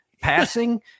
passing